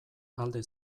alde